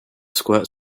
squirt